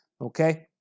okay